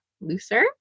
looser